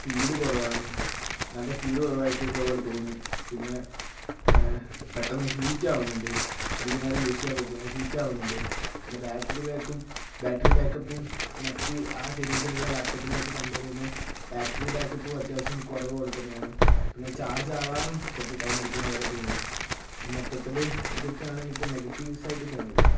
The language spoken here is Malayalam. സ്പീഡ് കുറവാണ് നല്ല സ്പീഡ് കുറവായിട്ടുള്ള പോലെ തോന്നി പിന്നേ പെട്ടെന്ന് ഹീറ്റാവുന്നുണ്ട് അധിക നേരം യൂസ് ചെയ്യാൻ പറ്റുന്നില്ല ഹീറ്റാവുന്നുണ്ട് പിന്നെ ബാറ്ററി ബായ്ക്കും ബാറ്ററി ബാക്കപ്പും മറ്റ് ആ സീരീസിലുള്ള ലാപ്ടോപ്പിനെ വെച്ച് കംപെയറ് ചെയ്യുമ്പം ബാറ്ററി ബാക്കപ്പും അത്യാവശ്യം കുറവ് പോലെ തന്നെയാണ് പിന്നെ ചാർജ് ആവാനും കുറച്ച് ടൈമ് എടുക്കുന്ന പോലെ തോന്നി അപ്പം മൊത്തത്തില് ഇതൊക്കെയാണ് എനിക്ക് നെഗറ്റീവ്സ് ആയിട്ട് തോന്നിയത്